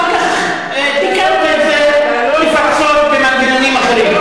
אחר כך תיקנת את זה, לפצות במנגנונים אחרים.